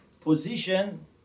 position